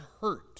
hurt